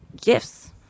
gifts